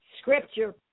scripture